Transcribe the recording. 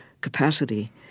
capacity